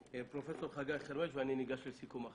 פרופסור חגי חרמש ואני ניגש לסיכום.